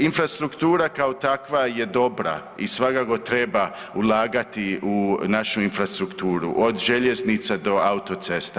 Infrastruktura kao takva je dobra i svakako treba ulagati u našu infrastrukturu od željeznica do autocesta.